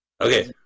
okay